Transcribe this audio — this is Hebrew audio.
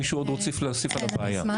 מישהו עוד רוצה להוסיף על הבעיה?